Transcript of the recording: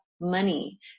money